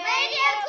Radio